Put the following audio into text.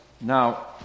Now